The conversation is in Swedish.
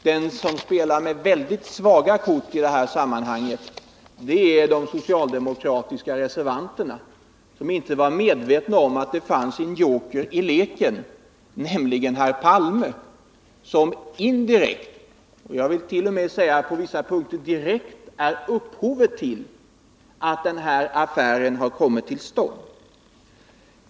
De som spelar med väldigt svaga kort i det här sammanhanget är de socialdemokratiska reservanterna, som inte var medvetna om att det fanns en joker i leken, nämligen herr Palme, som indirekt — jag vill t.o.m. säga: på vissa punkter direkt — är upphovet till att den här affären har kommit till stånd.